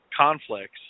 conflicts